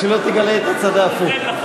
שלא תגלה את הצד ההפוך.